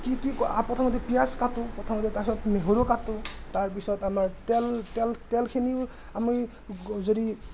কি কি প্ৰথমতে পিয়াঁজ কাটো প্ৰথমতে তাৰপিছত নহৰু কাটো তাৰপিছত আমাৰ তেল তেল তেলখিনিও আমি যদি